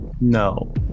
No